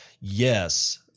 Yes